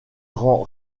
rend